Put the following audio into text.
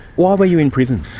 why were you in prison?